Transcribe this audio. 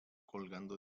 colgando